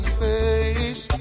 face